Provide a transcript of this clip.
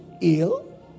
ill